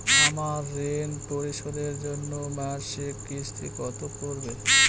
আমার ঋণ পরিশোধের জন্য মাসিক কিস্তি কত পড়বে?